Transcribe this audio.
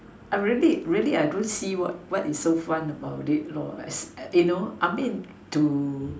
I really really I don't see what what is so fun about it lor as it you know I mean to